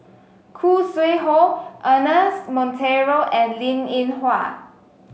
Khoo Sui Hoe Ernest Monteiro and Linn In Hua